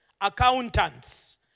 accountants